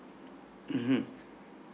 mmhmm